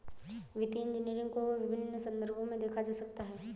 वित्तीय इंजीनियरिंग को विभिन्न संदर्भों में देखा जा सकता है